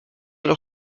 leur